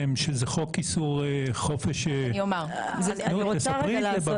שזה חוק איסור חופש --- אני רוצה רגע